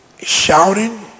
shouting